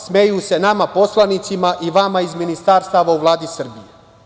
Smeju se nama poslanicima i vama iz ministarstava u Vladi Srbije.